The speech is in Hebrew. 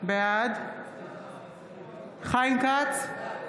בעד חיים כץ,